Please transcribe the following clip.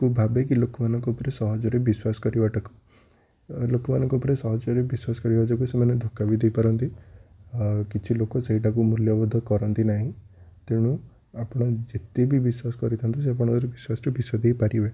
କୁ ଭାବିକି ଲୋକମାନଙ୍କ ଉପରେ ସହଜରେ ବିଶ୍ୱାସ କରିବାଟାକୁ ଲୋକମାନଙ୍କ ଉପରେ ସହଜରେ ବିଶ୍ୱାସ କରିବା ଯୋଗୁଁ ସେମାନେ ଧୋକା ବି ଦେଇପାରନ୍ତି ଆଉ କିଛି ଲୋକ ସେଇଟାକୁ ମୂଲ୍ୟବୋଧ କରନ୍ତି ନାହିଁ ତେଣୁ ଆପଣ ଯେତେ ବି ବିଶ୍ୱାସ କରିଥାନ୍ତୁ ସେ ଆପଣଙ୍କର ବିଶ୍ୱାସରେ ବିଷ ଦେଇପାରିବେ